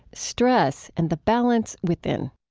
stress and the balance within.